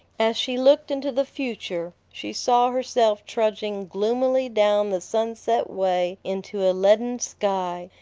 as she looked into the future, she saw herself trudging gloomily down the sunset way into a leaden sky,